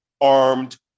armed